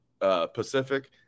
Pacific